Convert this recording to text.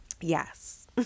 Yes